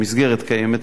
המסגרת קיימת,